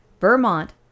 Vermont